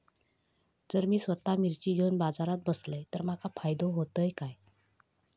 जर मी स्वतः मिर्ची घेवून बाजारात बसलय तर माका फायदो होयत काय?